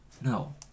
no